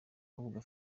kabuga